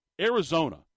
Arizona